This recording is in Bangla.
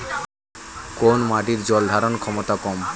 কোন মাটির জল ধারণ ক্ষমতা কম?